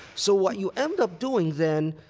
so what you end up doing then,